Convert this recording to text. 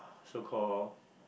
so call